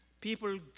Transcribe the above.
People